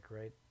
right